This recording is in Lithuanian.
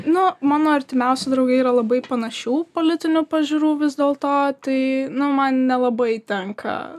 nu mano artimiausi draugai yra labai panašių politinių pažiūrų vis dėlto tai nu man nelabai tenka